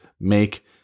Make